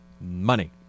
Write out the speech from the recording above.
money